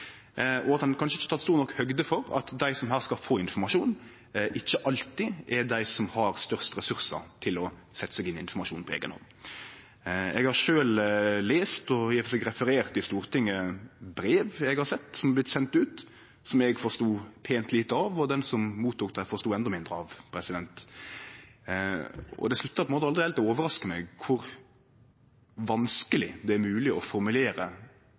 og at ein kanskje ikkje har teke stor nok høgd for at dei som her skal få informasjon, ikkje alltid er dei som har størst ressursar til å setje seg inn i informasjonen på eiga hand. Eg har sjølv lese og i og for seg referert i Stortinget brev eg har sett som har vorte sende ut, som eg forstod pent lite av, og den som mottok det, forstod endå mindre av. Det sluttar på ein måte aldri heilt å overraske meg kor vanskeleg det er mogleg å formulere